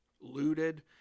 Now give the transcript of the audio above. looted